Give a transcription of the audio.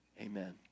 amen